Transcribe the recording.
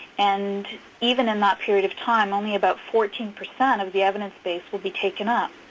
and even in that period of time, only about fourteen percent of the evidence base will be taken up.